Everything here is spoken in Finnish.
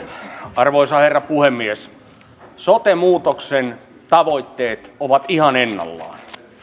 arvoisa herra puhemies sote muutoksen tavoitteet ovat ihan ennallaan